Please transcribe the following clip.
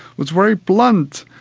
was very blunt,